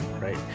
right